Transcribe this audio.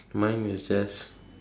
mine is just